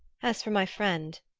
as for my friend,